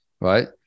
right